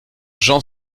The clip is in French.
jean